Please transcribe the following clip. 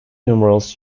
numerals